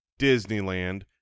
Disneyland